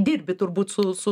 dirbi turbūt su su